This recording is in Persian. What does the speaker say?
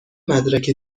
مدرک